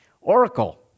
Oracle